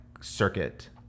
circuit